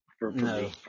No